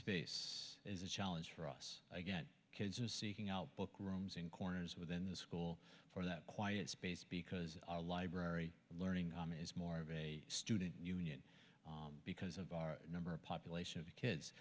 space is a challenge for us again kids are seeking out book rooms in corners within the school for that quiet space because our library learning on is more of a student union because of our number of population of